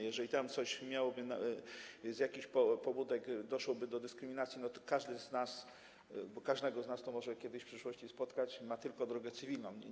Jeżeli tam coś miałoby... z jakichś pobudek doszłoby do dyskryminacji, to każdy z nas, bo każdego z nas to może kiedyś w przyszłości spotkać, ma tylko drogę cywilną.